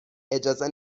اجازه